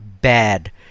bad